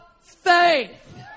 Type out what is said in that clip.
faith